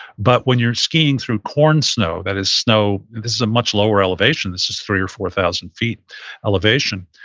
but when you're skiing through corn snow, that is snow, this is a much lower elevation. this is three thousand or four thousand feet elevation.